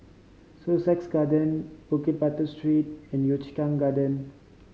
Sussex Garden Bukit Batok Street and Yio Chu Kang Garden